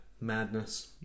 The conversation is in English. madness